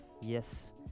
yes